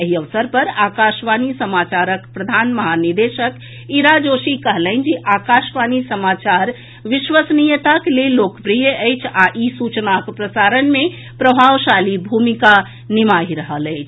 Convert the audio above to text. एहि अवसर पर आकाशवाणी समाचारक प्रधान महानिदेशक ईरा जोशी कहलनि जे आकाशवाणी समाचार विश्वसनीयताक लेल लोकप्रिय अछि आ ई सूचनाक प्रसारण मे प्रभावशाली भूमिका निमाहि रहल अछि